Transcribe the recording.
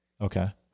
Okay